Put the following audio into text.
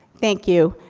thank you.